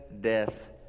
death